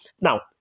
Now